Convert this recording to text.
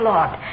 Lord